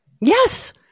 Yes